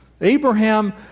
Abraham